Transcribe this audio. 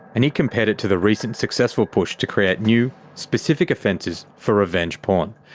and he compared it to the recent successful push to create new, specific offences for revenge porn.